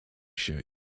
się